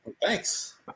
Thanks